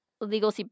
legal